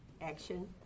action